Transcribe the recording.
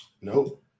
Nope